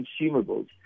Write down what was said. consumables